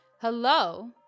Hello